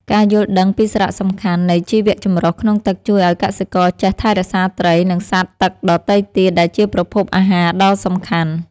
ការយល់ដឹងពីសារៈសំខាន់នៃជីវចម្រុះក្នុងទឹកជួយឱ្យកសិករចេះថែរក្សាត្រី និងសត្វទឹកដទៃទៀតដែលជាប្រភពអាហារដ៏សំខាន់។